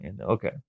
Okay